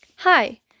Hi